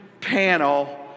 panel